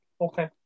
Okay